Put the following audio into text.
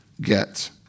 get